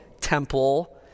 temple